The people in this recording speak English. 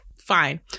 fine